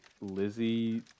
Lizzie